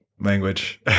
language